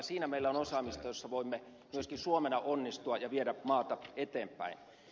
siinä meillä on osaamista jossa voimme myöskin suomena onnistua ja viedä maata eteenpäin